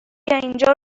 اینجا